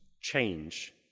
change